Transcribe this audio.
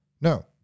No